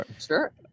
Sure